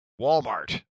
Walmart